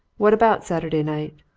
what about saturday night?